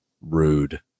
rude